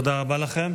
תודה רבה לכם.